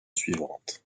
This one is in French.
suivante